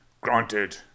Granted